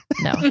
no